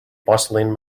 bustling